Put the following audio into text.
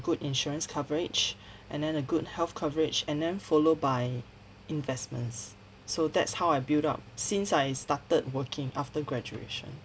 good insurance coverage and then a good health coverage and then follow by investments so that's how I build up since I started working after graduation